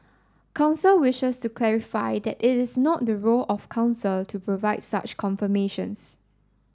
council wishes to clarify that it is not the role of council to provide such confirmations